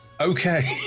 okay